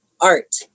art